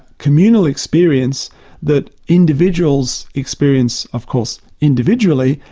communal experience that individuals experience of course individually,